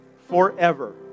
forever